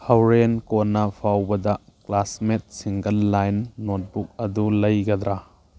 ꯍꯧꯔꯦꯟ ꯀꯣꯟꯅ ꯐꯥꯎꯕꯗ ꯀ꯭ꯂꯥꯁꯃꯦꯠ ꯁꯤꯡꯒꯜ ꯂꯥꯏꯟ ꯅꯣꯠꯕꯨꯛ ꯑꯗꯨ ꯂꯩꯒꯗ꯭ꯔꯥ